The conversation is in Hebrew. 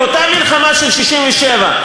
באותה מלחמה של 1967,